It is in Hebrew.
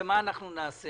אני שואל ברעיון, למה נגיע